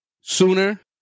sooner